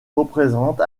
représente